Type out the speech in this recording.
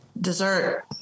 dessert